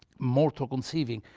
mortal conceiving,